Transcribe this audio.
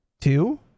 Two